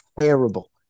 terrible